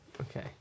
Okay